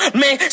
man